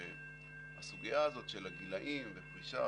שהסוגיה הזאת של הגילאים ופרישה,